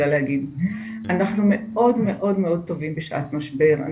אנחנו מאוד מאוד טובים בשעת משבר,